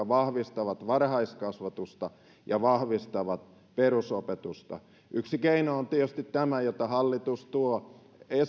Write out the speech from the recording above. vahvistavat varhaiskasvatusta ja vahvistavat perusopetusta yksi keino jota hallitus tuo